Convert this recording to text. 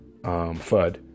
fud